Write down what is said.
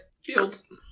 Feels